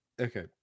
Okay